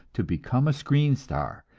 to become a screen star,